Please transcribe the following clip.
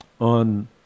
on